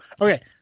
Okay